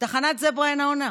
תחנת זברה אינה עונה.